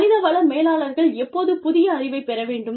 மனித வள மேலாளர்கள் எப்போது புதிய அறிவை பெற வேண்டும்